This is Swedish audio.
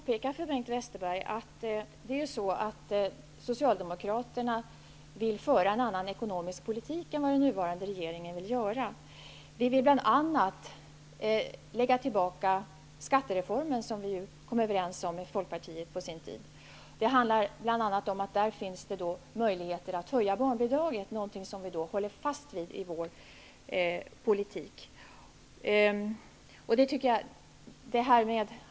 Herr talman! Jag vill påpeka för Bengt Westerberg att Socialdemokraterna vill föra en annan ekonomisk politik än den nuvarande regeringen vill göra. Vi vill bl.a. lägga tillbaka skattereformen, som vi kom överens med Folkpartiet om på sin tid. Det handlar bl.a. om att det där finns möjligheter att höja barnbidraget, någonting som vi håller fast vid i vår politik.